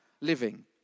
living